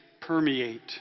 permeate